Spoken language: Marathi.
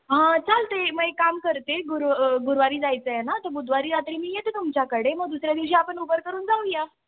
हां चालते मग एक काम करते गुर गुरुवारी जायचं आहे ना तर बुधवारी रात्री मी येते तुमच्याकडे मग दुसऱ्या दिवशी आपण उबर करून जाऊया